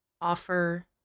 offer